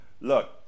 Look